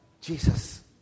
Jesus